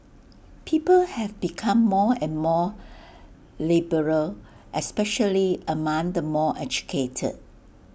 people have become more and more liberal especially among the more educated